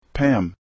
Pam